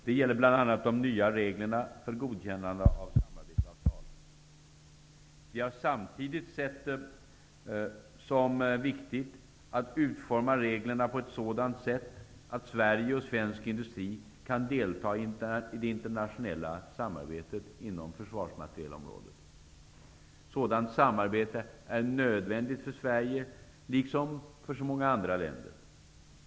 Det gäller bl.a. de nya reglerna för godkännande av samarbetsavtal. Vi har samtidigt sett det som viktigt att utforma reglerna på ett sådant sätt, att Sverige och svensk industri kan delta i det internationella samarbetet inom försvarsmaterielområdet. Sådant samarbete är nödvändigt för Sverige, liksom för många andra länder.